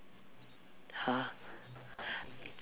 ha